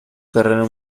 carrera